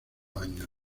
años